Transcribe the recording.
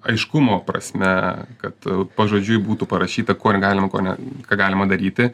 aiškumo prasme kad pažodžiui būtų parašyta ko negalima ko ne ką galima daryti